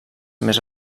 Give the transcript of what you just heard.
més